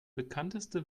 bekannteste